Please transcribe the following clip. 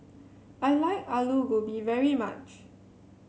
I like Alu Gobi very much